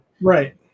Right